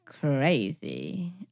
Crazy